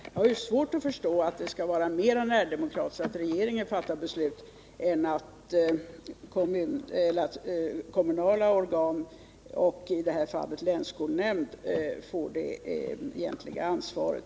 Jag har svårt att förstå att det skall vara mera närdemokratiskt att regeringen fattar beslut än att de kommunala skolstyrelserna och länsskolnämnden får det egentliga ansvaret.